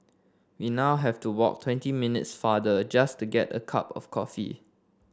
we now have to walk twenty minutes farther just to get a cup of coffee